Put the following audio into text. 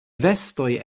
vestoj